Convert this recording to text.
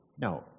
No